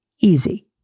easy